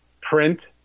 print